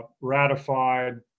ratified